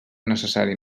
necessari